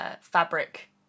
fabric